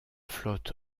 flotte